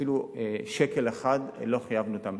אפילו שקל אחד לא חייבנו אותן.